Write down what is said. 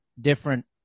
different